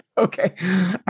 Okay